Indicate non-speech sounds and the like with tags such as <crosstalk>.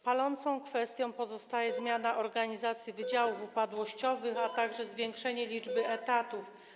Palącymi kwestiami pozostają zmiana <noise> organizacji wydziałów upadłościowych, a także zwiększenie liczby etatów.